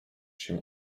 się